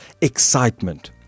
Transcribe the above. excitement